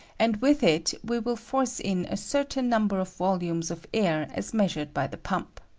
and with it we wul force in a certain number of volumes of air as measured by the pump.